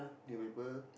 can paper